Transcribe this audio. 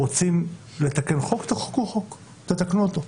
רוצים לתקן חוק, תחוקקו חוק, תתקנו אותו.